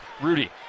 Rudy